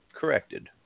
corrected